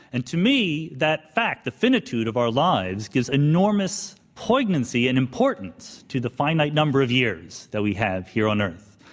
and to me, that fact the finitude of our lives gives enormous poignancy and importance to the finite number of years that we have here on earth.